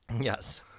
Yes